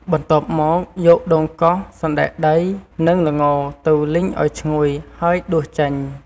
បន្ទាប់មក យកដូងកោស សណ្តែកដី និង ល្ង ទៅលីងឱ្យឈ្ងុយ ហើយដួសចេញ។